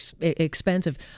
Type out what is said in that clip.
expensive